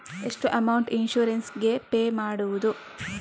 ಎಷ್ಟು amount insurance ಗೇ pay ಮಾಡುವುದು?